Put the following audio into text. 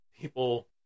people